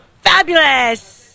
fabulous